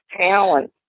talent